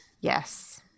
Yes